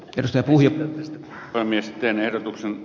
kärsäpuuhille valmisteverotuksen